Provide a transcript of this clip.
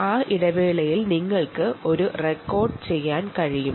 ആ ഇടവേളയിൽ നിങ്ങൾക്ക് ഇത് റെക്കോർഡ് ചെയ്യാൻ കഴിയും